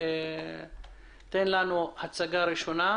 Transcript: הצוות הוקם לפני כחצי שנה,